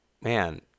man